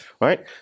right